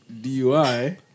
DUI